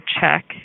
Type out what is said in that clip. check